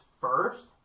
first